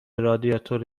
رادیاتور